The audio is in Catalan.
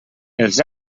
els